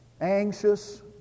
anxious